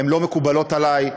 לא מקובלות עלי,